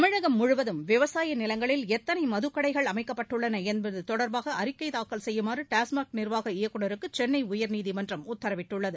தமிழகம் முழுவதும் விவசாய நிலங்களில் எத்தனை மதுக்கடைகள் அமைக்கப்பட்டுள்ளன என்பது தொடர்பாக அறிக்கை தாக்கல் செய்யுமாறு டாஸ்மாக் நிர்வாக இயக்குநருக்கு சென்னை உயர்நீதிமன்றம் உத்தரவிட்டுள்ளது